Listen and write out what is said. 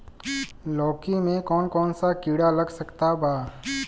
लौकी मे कौन कौन सा कीड़ा लग सकता बा?